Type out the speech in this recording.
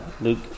Luke